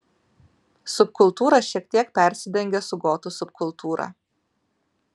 subkultūra šiek tiek persidengia su gotų subkultūra